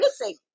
missing